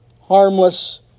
harmless